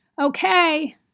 Okay